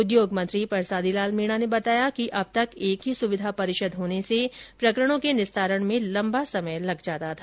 उद्योग मंत्री परसादी लाल मीणा ने बताया कि अब तक एक ही सुविधा परिषद होने से प्रकरणों के निस्तारण में लंबा समय लग जाता था